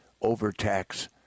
overtax